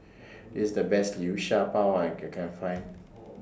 This The Best Liu Sha Bao I Can Find